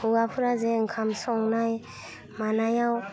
हौवाफ्राजे ओंखाम संनाय मानायाव